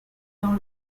dans